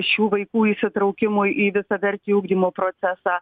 šių vaikų įsitraukimui į visavertį ugdymo procesą